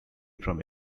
from